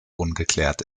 ungeklärt